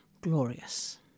Glorious